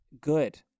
Good